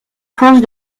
forges